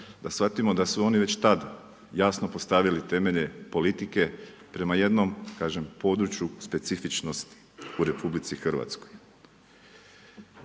da shvatimo da su oni već tad jasno postavili temelje politike prema jednom, kažem, području specifičnosti u RH.